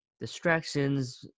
distractions